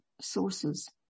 sources